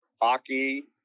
hockey